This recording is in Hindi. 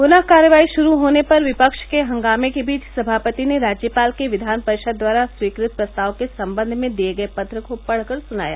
पुन कार्यवाही शुरू होने पर विपक्ष के हंगमे के बीच सभापति ने राज्यपाल के विधान परिषद द्वारा स्वीकृत प्रस्ताव के संबंध में दिये गये पत्र को पढ़ कर सुनाया